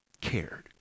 cared